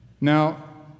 Now